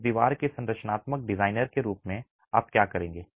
उस दीवार के संरचनात्मक डिजाइनर के रूप में आप क्या करेंगे